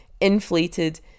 inflated